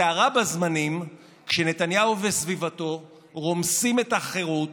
זה הרע בזמנים כשנתניהו וסביבתו רומסים את החירות,